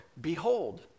behold